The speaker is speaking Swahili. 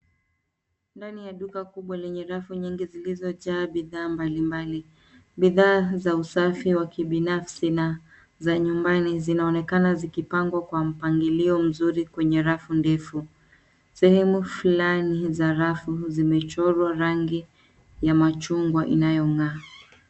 Ndani ya duka kubwa lenye rafu nyingi zilizojaa bidhaa mbalimbali. Bidhaa za usafi wa kibinafsi na za nyumbani zinaonekana zikipangwa kwa mpangilio mzuri kwenye rafu ndefu. Sehemu fulani za rafu zimechorwa rangi ya machungwa inayong'aa.